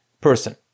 person